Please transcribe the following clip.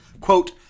quote